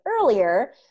earlier